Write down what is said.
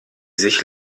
sich